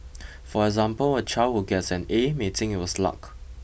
for example a child who gets an A may think it was luck